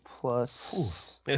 plus